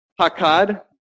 Hakad